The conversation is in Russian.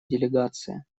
делегация